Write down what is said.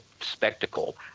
spectacle